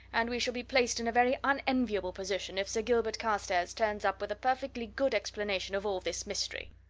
and we shall be placed in a very unenviable position if sir gilbert carstairs turns up with a perfectly good explanation of all this mystery.